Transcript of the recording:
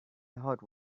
heart